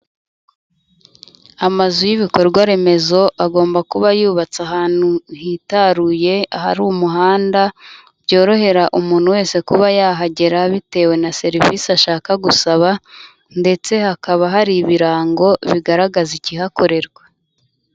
Amazu y'ibikorwaremezo agomba kuba yubatse ahantu hitaruye, ahari umuhanda byorohera umuntu wese kuba yahagera bitewe na serivisi ashaka gusaba ndetse hakaba hari ibirango bigaragaza ikihakorerwa.